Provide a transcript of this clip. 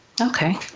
Okay